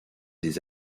des